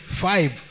five